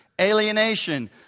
alienation